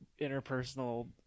interpersonal